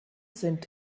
sind